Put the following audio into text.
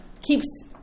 keeps